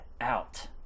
out